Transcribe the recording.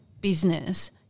business